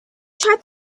tried